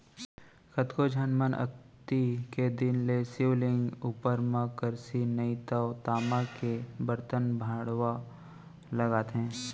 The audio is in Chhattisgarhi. कतको झन मन अक्ती के दिन ले शिवलिंग उपर म करसी नइ तव तामा के बरतन भँड़वा लगाथे